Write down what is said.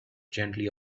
gently